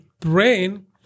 brain